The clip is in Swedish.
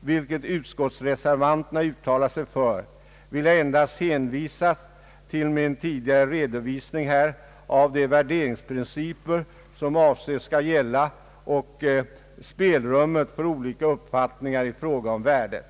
vilket utskottsreservanterna uttalat sig för, vill jag endast hänvisa till min tidigare redovisning av de värderingsprinciper som avses skola gälla och spelrummet för olika uppfattningar i fråga om värdet.